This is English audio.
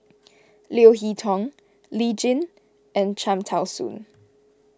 Leo Hee Tong Lee Tjin and Cham Tao Soon